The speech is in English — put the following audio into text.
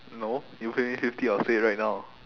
no you pay me fifty I'll say it right now